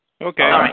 Okay